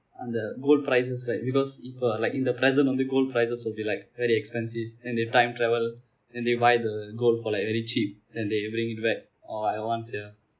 அந்த:antha gold prices right because இப்போ:i like in the present வந்து:vanthu gold prices will be like very expensive and if time travel and they buy the gold for like very cheap then they bring it back !wah! I want sia